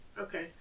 Okay